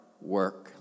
work